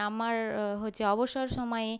আমার হচ্ছে অবসর সময়ে